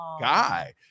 guy